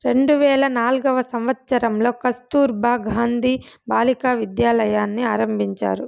రెండు వేల నాల్గవ సంవచ్చరంలో కస్తుర్బా గాంధీ బాలికా విద్యాలయని ఆరంభించారు